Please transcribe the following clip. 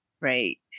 right